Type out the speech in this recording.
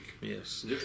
yes